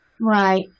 Right